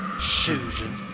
Susan